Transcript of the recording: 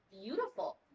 beautiful